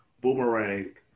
Boomerang